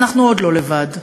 אנחנו עוד לא לבד,